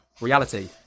Reality